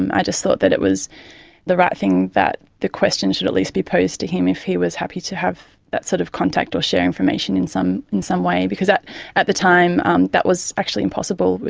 and i just thought that it was the right thing that the question should at least be posed to him if he was happy to have that sort of contact or share information in some in some way, because at at the time um that was actually impossible,